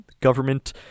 government